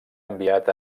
enviat